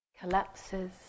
collapses